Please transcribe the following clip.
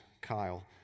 Kyle